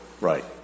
right